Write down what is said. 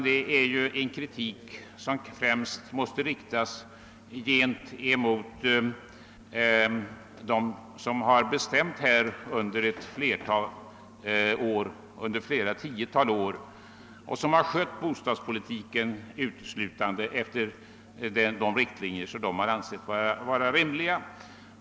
Det är nämligen en kritik som främst måste riktas mot det parti som har bestämt under flera tiotal år och som har skött bostadspolitiken uteslutande efter de riktlinjer som partiet självt har ansett rimliga.